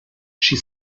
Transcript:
she